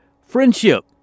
Friendship